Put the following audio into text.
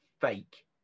fake